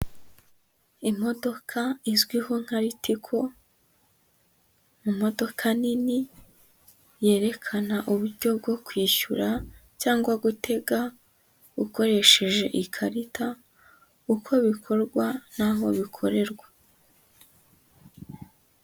Imodoka izwiho nka Ritiko, imodoka nini, yerekana uburyo bwo kwishyura cyangwa gutega ukoresheje ikarita, uko bikorwa n'aho bikorerwa.